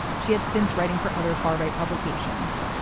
she had stints writing for other far right publications,